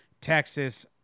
Texas